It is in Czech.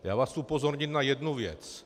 Já vás upozorňuji na jednu věc.